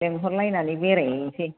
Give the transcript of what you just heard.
लेंहरलायनानै बेरायहैसै